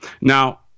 Now